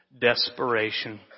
desperation